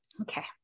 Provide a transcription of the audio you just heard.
Okay